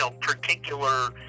particular